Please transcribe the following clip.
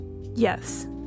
yes